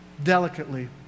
delicately